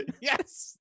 Yes